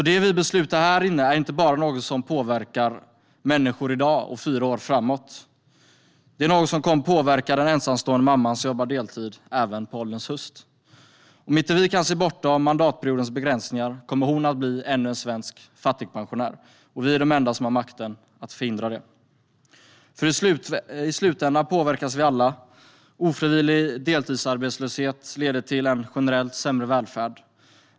Det vi beslutar här är alltså inte bara något som påverkar människor i dag och fyra år framåt. Det är något som kommer att påverka den ensamstående mamman som jobbar deltid även på ålderns höst. Om vi inte kan se bortom mandatperiodens begräsningar kommer hon att bli ännu en svensk fattigpensionär. Vi är de enda som har makten att förhindra det. I slutändan påverkas vi alla, för ofrivillig deltidsarbetslöshet leder till en generellt sämre välfärd.